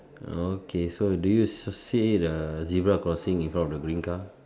okay so do you see the zebra crossing in front of the green car